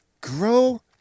Grow